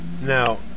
Now